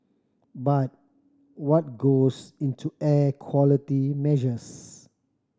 but what goes into air quality measures